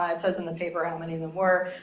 it says in the paper how many of them were.